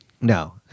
No